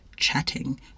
Chatting